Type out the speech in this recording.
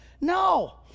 No